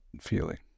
feeling